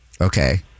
Okay